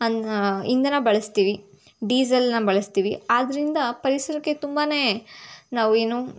ಇಂಧನ ಬಳಸ್ತೀವಿ ಡೀಸೆಲ್ನ ಬಳಸ್ತೀವಿ ಆದ್ದರಿಂದ ಪರಿಸರಕ್ಕೆ ತುಂಬಾ ನಾವು ಏನು